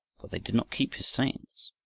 for they did not keep his sayings.